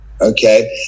okay